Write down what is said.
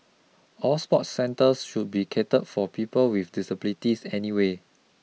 all sports centres should be catered for people with disabilities anyway